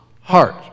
heart